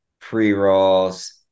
pre-rolls